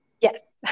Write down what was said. Yes